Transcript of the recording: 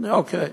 אוקיי.